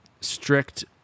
strict